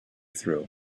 through